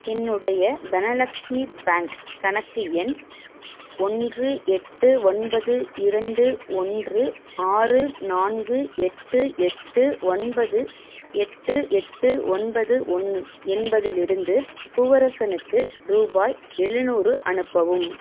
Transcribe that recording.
என்னுடைய தனலக்ஷ்மி பேங்க் கணக்கு எண் ஒன்று எட்டு ஒன்பது இரண்டு ஒன்று ஆறு நான்கு எட்டு எட்டு ஒன்பது எட்டு எட்டு ஒன்பது ஒன்று என்பதிலிருந்து பூவரசனுக்கு ரூபாய் எழுநூறு அனுப்பவும்